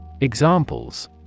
Examples